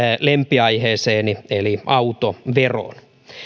lempiaiheeseeni eli autoveroon